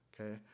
Okay